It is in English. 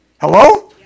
Hello